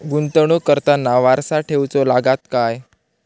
गुंतवणूक करताना वारसा ठेवचो लागता काय?